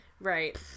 Right